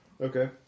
Okay